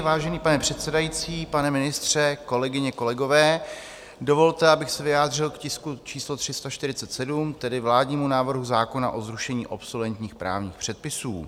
Vážený pane předsedající, pane ministře, kolegyně, kolegové, dovolte, abych se vyjádřil k tisku číslo 347, tedy k vládnímu návrhu zákona o zrušení obsoletních právních předpisů.